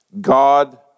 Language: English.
God